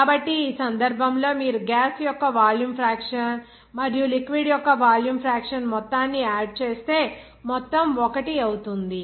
కాబట్టి ఈ సందర్భంలో మీరు గ్యాస్ యొక్క వాల్యూమ్ ఫ్రాక్షన్ మరియు లిక్విడ్ యొక్క వాల్యూమ్ ఫ్రాక్షన్ మొత్తాన్ని ఆడ్ చేస్తే మొత్తం 1 అవుతుంది